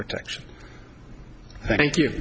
protection thank you